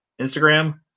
Instagram